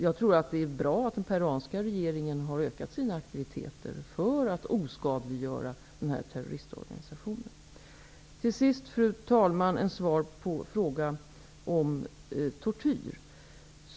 Jag tror att det är bra att den peruanska regeringen har ökat sina aktiviteter för att oskadliggöra den här terroristorganisationen. Till sist, fru talman, vill jag svara på frågan om tortyr.